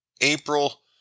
April